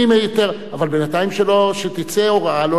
אבל בינתיים שתצא הוראה שלא להרוס את הבתים.